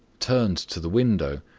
turned to the window,